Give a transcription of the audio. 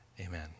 Amen